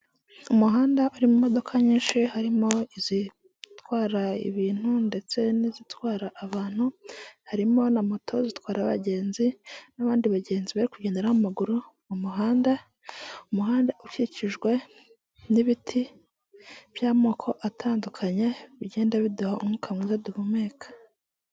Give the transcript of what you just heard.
Umuhanda urimo imodoka nyinshi harimo izitwara ibintu ndetse n'izitwara abantu harimo na moto zitwara abagenzi n'abandi bagenzi bari kugenda n'amaguru mu muhanda umuhanda ukikijwe n'ibiti by'amoko atandukanye bigenda biduha umwuka mwiza duhumeka.